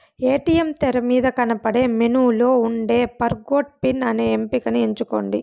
ATM తెరమీద కనబడే మెనూలో ఉండే ఫర్గొట్ పిన్ అనే ఎంపికని ఎంచుకోండి